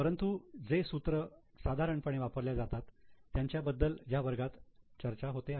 परंतु जे सूत्र साधारणपणे वापरल्या जातात त्यांच्या बद्दलच ह्या वर्गात चर्चा होते आहे